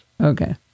Okay